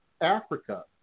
Africa